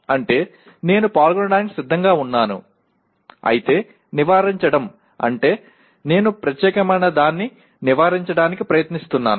అంటే నేను పాల్గొనడానికి సిద్ధంగా ఉన్నాను అయితే 'నివారించడం' అంటే నేను ప్రత్యేకమైనదాన్ని నివారించడానికి ప్రయత్నిస్తున్నాను